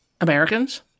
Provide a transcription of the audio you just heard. Americans